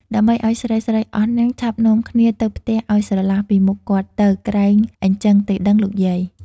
ដើម្បីឲ្យស្រីៗ អស់ហ្នឹង ឆាប់នាំគ្នាទៅផ្ទះឲ្យស្រឡះពីមុខ គាត់ទៅ ក្រែងអីចឹងទេដឹងលោកយាយ?។